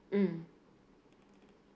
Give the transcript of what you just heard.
mm